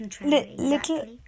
little